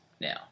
now